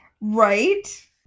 Right